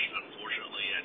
unfortunately